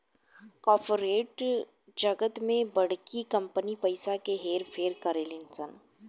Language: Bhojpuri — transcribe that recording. कॉर्पोरेट जगत में बड़की कंपनी पइसा के हेर फेर करेली सन